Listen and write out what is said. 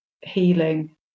healing